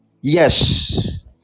Yes